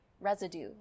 residue